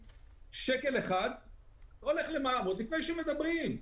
שקל אחד הולך למע"מ עוד לפני שבכלל מדברים.